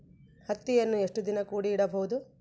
ಹತ್ತಿಯನ್ನು ಎಷ್ಟು ದಿನ ಕೂಡಿ ಇಡಬಹುದು?